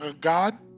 God